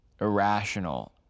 irrational